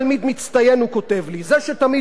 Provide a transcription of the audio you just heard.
זה שתמיד אומר: עזבו אתכם,